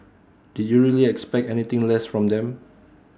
did you really expect anything less from them